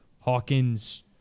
Hawkins